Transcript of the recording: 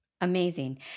Amazing